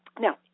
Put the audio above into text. Now